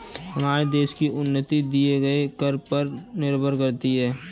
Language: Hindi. हमारे देश की उन्नति दिए गए कर पर निर्भर करती है